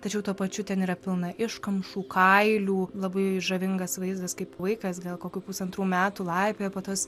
tačiau tuo pačiu ten yra pilna iškamšų kailių labai žavingas vaizdas kaip vaikas gal kokių pusantrų metų laipioja po tuos